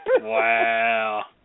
Wow